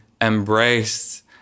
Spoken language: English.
embraced